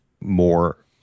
more